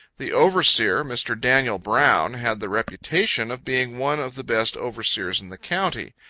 the overseer, mr. daniel brown, had the reputation of being one of the best overseers in the county.